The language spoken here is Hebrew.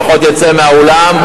לפחות יצא מהאולם.